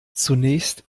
zunächst